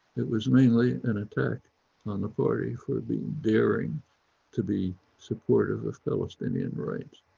it was mainly an attack on the party for being daring to be supportive of palestinian rights.